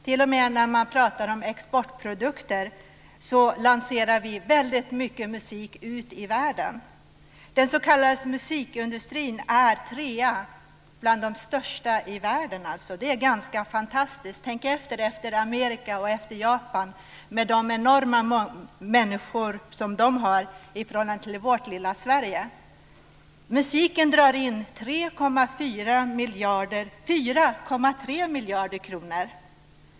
T.o.m. när man pratar om exportprodukter brukar man säga att vi lanserar väldigt mycket musik ut till världen. Den s.k. musikindustrin är trea, bland de största i världen alltså. Det är ganska fantastiskt. Tänk på Amerika och Japan och de enorma människomassor som de har i förhållande till vårt lilla Sverige! Musiken drar in 4,3 miljarder kronor.